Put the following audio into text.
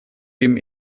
dem